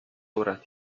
obras